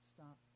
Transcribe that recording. Stop